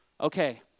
Okay